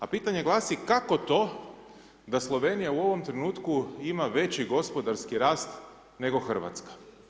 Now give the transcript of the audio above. A pitanje glasi kako to da Slovenija u ovom trenutku ima veći gospodarski rast nego Hrvatska?